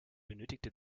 benötigte